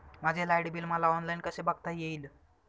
माझे light bill मला online कसे बघता येईल?